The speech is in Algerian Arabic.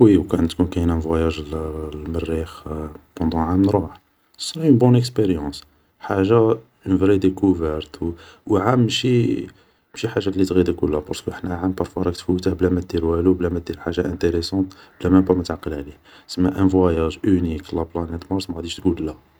وي وكان تكون كاينة فواياج للمريخ بونون عام نروح, سا سوغس اون بون اكسبيريونس حاجة اون فري ديكوفارت و عام ماشي حاجة لي تغيضك بارسكو حنا عام بارفوا راك تفوته بلا ما دير والو بلا ما دير حاجة انتيريسونت بلا مام با ما تعقل عليه, سما ان فواياج اونيك لا بلانات مارس ما غاديش تقول لا